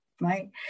right